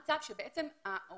שבעצם הוא